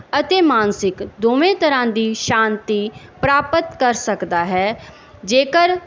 ਅਤੇ ਮਾਨਸਿਕ ਦੋਵੇਂ ਤਰ੍ਹਾਂ ਦੀ ਸ਼ਾਂਤੀ ਪ੍ਰਾਪਤ ਕਰ ਸਕਦਾ ਹੈ ਜੇਕਰ